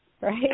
right